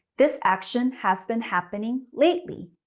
this action has been happening lately,